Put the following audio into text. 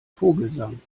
vogelsang